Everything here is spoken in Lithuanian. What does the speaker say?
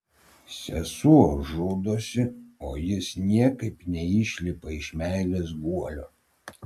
sesuo žudosi o jis niekaip neišlipa iš meilės guolio